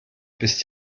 bist